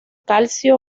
calcio